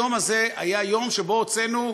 היום הזה היה יום שבו הוצאנו,